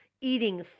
eating